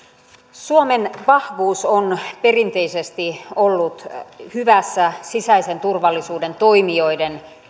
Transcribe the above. suomen vahvuus on perinteisesti ollut hyvässä sisäisen turvallisuuden toimijoiden